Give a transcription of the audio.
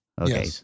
Okay